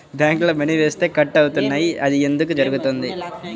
బ్యాంక్లో మని వేస్తే కట్ అవుతున్నాయి అది ఎందుకు జరుగుతోంది?